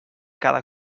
cada